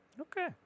Okay